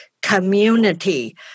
community